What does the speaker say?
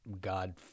God